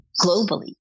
globally